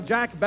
Jack